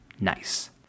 Nice